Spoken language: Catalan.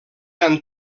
han